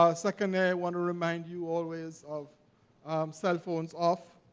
ah secondly, i want to remind you always of cell phones off